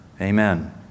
amen